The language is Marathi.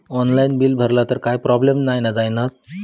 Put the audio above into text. ऑनलाइन बिल भरला तर काय प्रोब्लेम नाय मा जाईनत?